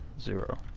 Zero